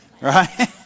right